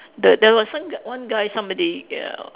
the there was some g~ one guy somebody ya